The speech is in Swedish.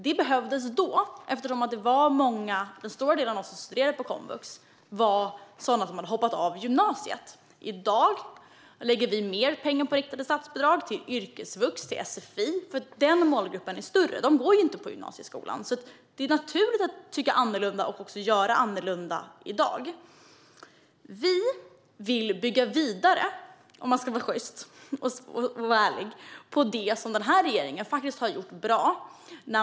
Detta behövdes just då eftersom den stora delen av dem som studerade på komvux bestod av sådana som hade hoppat av gymnasiet. I dag lägger vi mer pengar i form av riktade statsbidrag till yrkesvux och sfi, eftersom den målgruppen är större. De går inte i gymnasieskolan. Det är alltså naturligt att tycka annorlunda och också göra annorlunda i dag. Om man ska vara ärlig vill vi bygga vidare på det som den här regeringen har gjort bra.